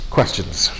Questions